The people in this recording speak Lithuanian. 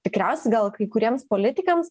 tikriausiai gal kai kuriems politikams